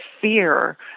fear